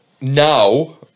now